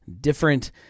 different